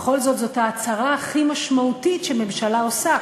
בכל זאת, זאת ההצהרה הכי משמעותית שממשלה עושה.